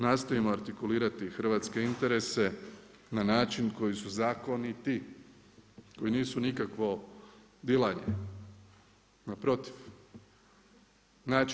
Nastojimo artikulirati hrvatske interese na način koji su zakoniti, koji nisu nikakvo dilanje, naprotiv.